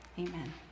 Amen